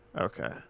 Okay